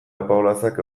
apaolazak